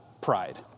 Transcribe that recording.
pride